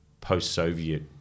post-Soviet